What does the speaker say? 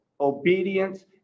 Obedience